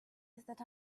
that